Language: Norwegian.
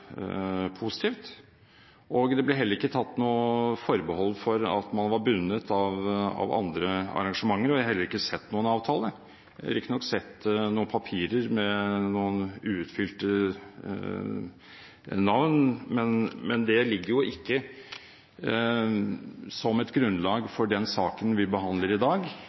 positivt – og det ble heller ikke tatt noe forbehold om at man var bundet av andre arrangementer. Jeg har heller ikke sett noen avtale. Jeg har riktignok sett noen papirer med noen uutfylte navn, men det ligger ikke som et grunnlag for den saken vi behandler i dag,